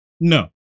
No